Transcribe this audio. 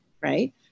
right